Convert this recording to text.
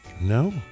No